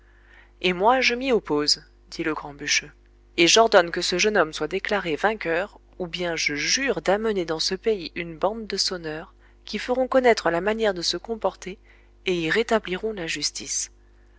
et moi je m'y oppose dit le grand bûcheux et j'ordonne que ce jeune homme soit déclaré vainqueur ou bien je jure d'amener dans ce pays une bande de sonneurs qui feront connaître la manière de se comporter et y rétabliront la justice